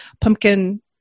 pumpkin